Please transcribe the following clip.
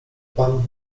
pan